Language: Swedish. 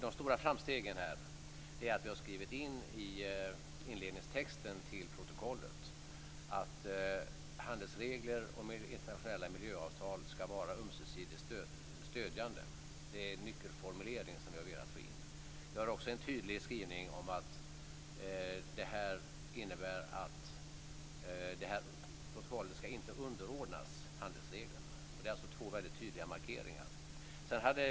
De stora framstegen är att vi har skrivit in i inledningstexten till protokollet att handelsregler och internationella miljöavtal ska vara ömsesidigt stödjande. Det är en nyckelformulering. Det finns också en tydlig skrivning om att protokollet inte ska underordnas handelsreglerna. Det är två tydliga markeringar.